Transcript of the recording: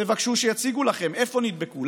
תבקשו שיציגו לכם איפה נדבקו,